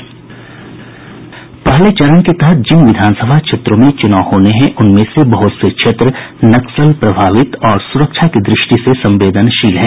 पहले चरण के तहत जिन विधानसभा क्षेत्रों में चुनाव होने हैं उनमें से बहुत से क्षेत्र नक्सल प्रभावित और सुरक्षा की दृष्टि से संवेदनशील हैं